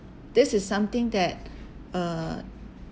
this is something that uh